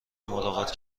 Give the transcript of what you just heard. ملاقات